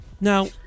now